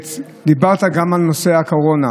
ודיברת גם על נושא הקורונה,